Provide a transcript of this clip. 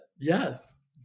yes